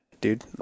dude